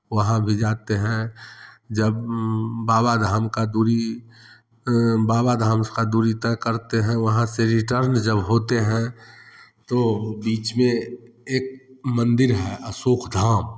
वहाँ भी जाते हैं जब बाबा धाम का दूरी बाबा धाम का दूरी तय करते हैं वहाँ से रिटर्न जब होते हैं तो बीच में एक मन्दिर है अशोक धाम